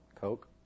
Coke